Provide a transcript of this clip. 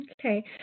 Okay